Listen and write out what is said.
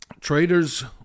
traders